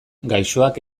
gaixoak